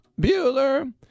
Bueller